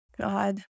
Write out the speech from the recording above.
God